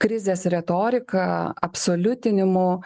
krizės retorika absoliutinimu